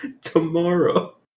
Tomorrow